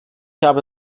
habe